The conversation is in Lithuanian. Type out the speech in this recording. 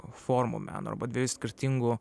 formų meno arba dviejų skirtingų